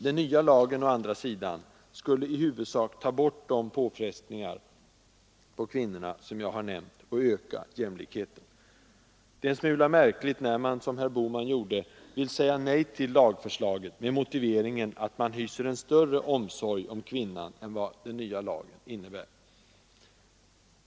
Den nya lagen, å andra sidan, skulle i huvudsak ta bort de påfrestningar på kvinnorna, som jag har nämnt, och öka jämlikheten. Det är en smula märkligt när man, som herr Bohman gjorde, vill säga nej till lagförslaget med motiveringen att man hyser en större omsorg om kvinnan än vad den nya lagen innebär.